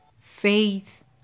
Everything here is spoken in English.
faith